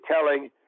telling